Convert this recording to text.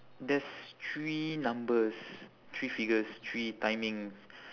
there's three numbers three figures three timings